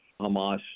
Hamas